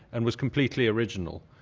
and was completely original.